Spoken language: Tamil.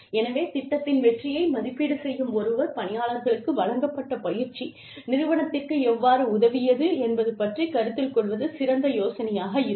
எனவே திட்டத்தின் வெற்றியை மதிப்பீடு செய்யும் ஒருவர் பணியாளர்களுக்கு வழங்கப்பட்ட பயிற்சி நிறுவனத்திற்கு எவ்வாறு உதவியது என்பது பற்றி கருத்தில் கொள்வது சிறந்த யோசனையாக இருக்கும்